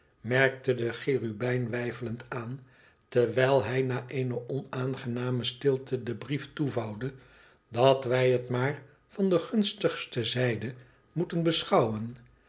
merkte de cherubijn weifelend aan terwijl hij na eene onaangename stilte den brief toevouwde dat wij het maar van de gunstigste zijde moeten beschouwen